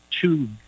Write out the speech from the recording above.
two